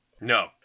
No